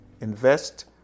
INVEST